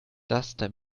laster